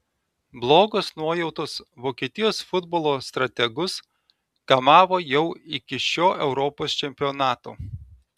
blogos nuojautos vokietijos futbolo strategus kamavo jau iki šio europos čempionato